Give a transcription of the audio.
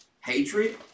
hatred